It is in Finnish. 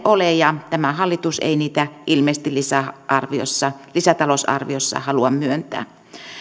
ole ja tämä hallitus ei niitä ilmeisesti lisätalousarviossa lisätalousarviossa halua myöntää